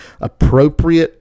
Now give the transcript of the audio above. appropriate